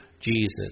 Jesus